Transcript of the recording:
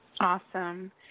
Awesome